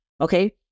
Okay